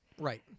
Right